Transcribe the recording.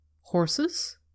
horses